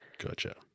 Gotcha